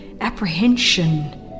apprehension